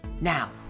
Now